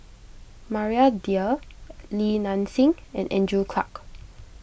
Maria Dyer Li Nanxing and Andrew Clarke